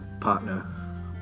partner